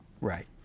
Right